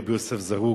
רבי יוסף זרוק.